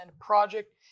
project